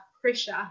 pressure